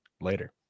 Later